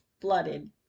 Blooded